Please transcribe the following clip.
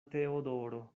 teodoro